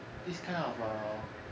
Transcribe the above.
this kind of err